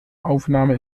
aufnahme